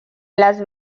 las